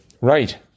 Right